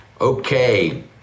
Okay